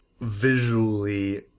visually